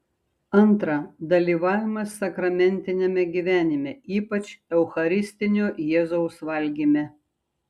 antra dalyvavimas sakramentiniame gyvenime ypač eucharistinio jėzaus valgyme